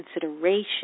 consideration